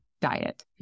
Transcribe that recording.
diet